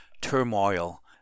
turmoil